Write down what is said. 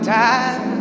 time